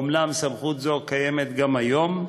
אומנם סמכות זו קיימת גם כיום,